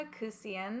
Kusian